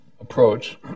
approach